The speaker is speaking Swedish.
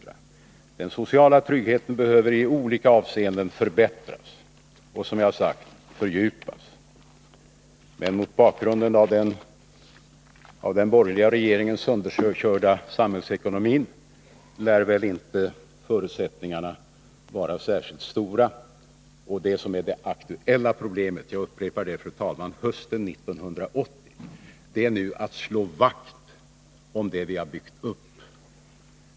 Den sociala tryggheten behöver på olika punkter förbättras. Men mot bakgrund av den borgerliga regeringens sönderkörda samhällsekonomi lär väl förutsättningarna för det inte vara särskilt stora. Nr 22 Det som är det aktuella problemet under hösten 1980 — jag upprepar det, Onsdagen den fru talman — är att slå vakt om det vi har byggt upp.